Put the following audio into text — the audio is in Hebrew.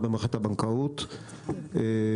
כי בהרבה מדינות בעולם מערכת הבנקאות היא ריכוזית,